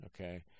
Okay